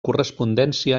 correspondència